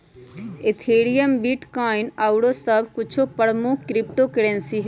Ethereum, bitcoin आउरो सभ कुछो प्रमुख क्रिप्टो करेंसी हइ